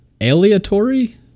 aleatory